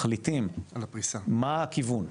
מחליטים מה הכיוון,